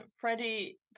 Freddie